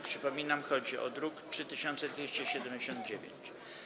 Przypominam, że chodzi o druk nr 3279.